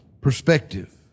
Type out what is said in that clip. perspective